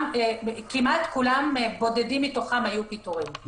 בודדות מתוכן היו פיטורים.